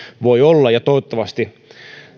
voi olla ja toivottavasti